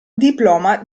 diploma